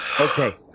Okay